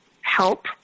help